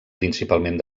principalment